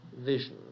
vision